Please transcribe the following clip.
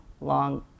long